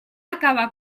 acabar